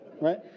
right